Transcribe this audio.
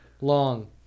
Long